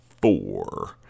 four